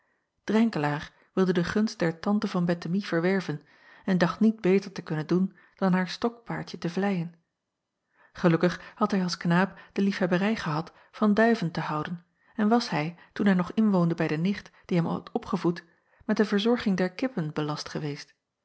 renkelaer wilde de gunst der tante van ettemie verwerven en dacht niet beter te kunnen doen dan haar stokpaardje te vleien elukkig had hij als knaap de liefhebberij gehad van duiven te houden en was hij toen hij nog inwoonde bij de nicht die hem had opgevoed met de verzorging der kippen belast geweest